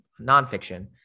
nonfiction